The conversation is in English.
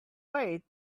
way